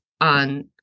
on